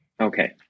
Okay